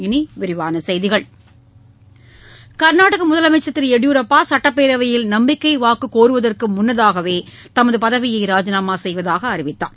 இனி விரிவான செய்திகள் கர்நாடகா முதலமைச்சா் திரு எடியூரப்பா சுட்டப்பேரவையில் நம்பிக்கை வாக்கு கோருவதற்கு முன்னதாக தமது பதவியை ராஜினாமா செய்வதாக அறிவித்தார்